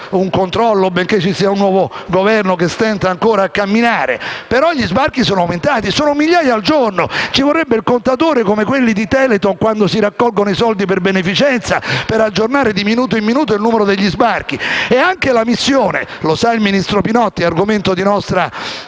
un controllo benché ci sia un nuovo Governo che stenta ancora a camminare, ma gli sbarchi sono aumentati e sono migliaia al giorno. Ci vorrebbe il contatore come quello di Telethon quando si raccolgono i soldi per beneficenza, per aggiornare di minuto in minuto il numero degli sbarchi. E anche la missione - lo sa il ministro Pinotti, visto che è argomento di nostra